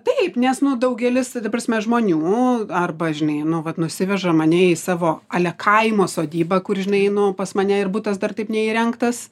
taip nes nu daugelis ta prasme žmonių arba žinai nu vat nusiveža mane į savo ale kaimo sodybą kur žinai nu pas mane ir butas dar taip neįrengtas